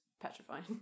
petrifying